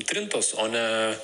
trintos o ne